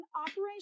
Operation